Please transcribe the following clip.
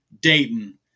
Dayton